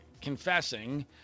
confessing